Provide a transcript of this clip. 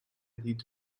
dit